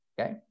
Okay